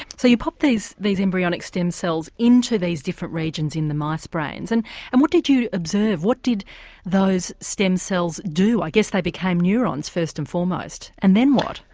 so you popped these these embryonic stem cells into these different regions in mice brains and and what did you observe, what did those stem cells do? i guess they become neurons first and foremost and then what?